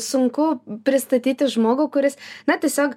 sunku pristatyti žmogų kuris na tiesiog